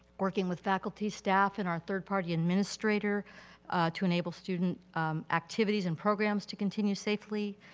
working with faculty, staff, and our third party administrator to enable student activities and programs to continue safely,